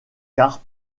carpes